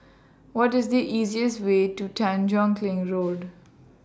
What IS The easiest Way to Tanjong Kling Road